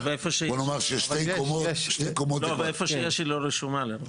ואיפה שיש היא לרוב לא רשומה.